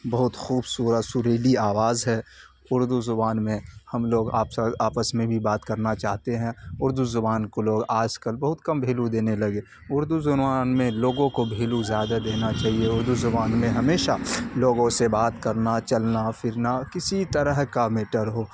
بہت خوبصورت سریلی آواز ہے اردو زبان میں ہم لوگ آپس میں بھی بات کرنا چاہتے ہیں اردو زبان کو لوگ آج کل بہت کم بھیلو دینے لگے اردو زبان میں لوگوں کو بھیلو زیادہ دینا چاہیے اردو زبان میں ہمیشہ لوگوں سے بات کرنا چلنا پھرنا کسی طرح کا میٹر ہو